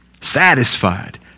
satisfied